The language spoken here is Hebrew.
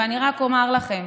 ואני רק אומר לכם,